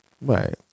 Right